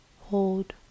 hold